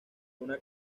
una